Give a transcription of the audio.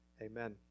amen